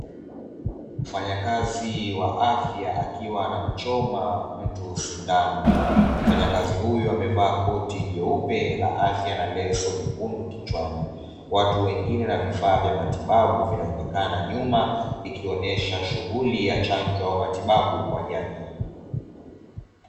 Mfanyakazi wa afya akiwa anamchoma mtu sindano mfanyakazi huyu amevaa koti jeupe la afya na kitambaa chekundu kichwani, watu wengine na vifaa vya matibabu vinaonekana nyuma vikionyesha shughuli ya chanjo au matibabu kwa jamii.